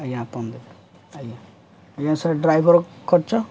ଆଜ୍ଞା ଆପଣ ଦେବେ ଆଜ୍ଞା ଆଜ୍ଞା ସାର୍ ଡ୍ରାଇଭର୍ ଖର୍ଚ୍ଚ